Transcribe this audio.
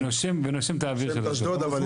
אשדוד.